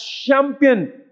champion